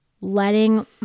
letting